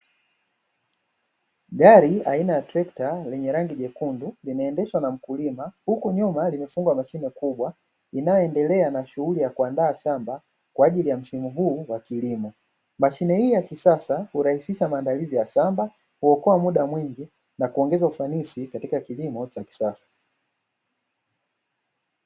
Gari aina ya trekta lenye rangi nyekundu linaendeshwa na mkulima huku nyuma limefungwa mashine kubwa inayoendelea na shughuli ya kuandaa shamba kwa ajili ya msimu huu wa kilimo, mashine hii ya kisasa hurahisisha maandalizi ya shamba kuokoa muda mwingi na kuongeza ufanisi katika kilimo cha kisasa.